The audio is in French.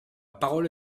parole